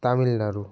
Tamil Nadu